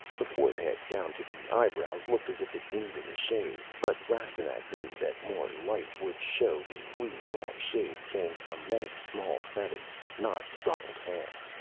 the forehead down to the eyebrows looked as if it needed a shave, but rastignac knew that more light would show the blue-black shade came from many small feathers, not stubbled hair.